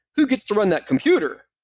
who gets to run that computer?